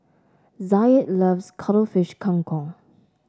Zaid loves Cuttlefish Kang Kong